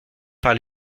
par